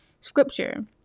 scripture